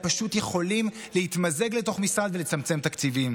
הם פשוט יכולים להתמזג לתוך משרד ולצמצם תקציבים.